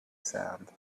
sand